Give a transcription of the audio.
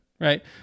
Right